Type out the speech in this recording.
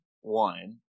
one